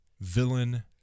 villain